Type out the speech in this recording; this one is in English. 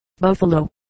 Buffalo